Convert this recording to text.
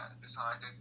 decided